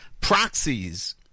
proxies